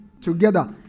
together